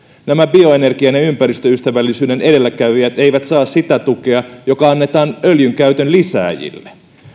nämä bioenergian ja ja ympäristöystävällisyyden edelläkävijät eivät saa sitä tukea joka annetaan öljyn käytön lisääjille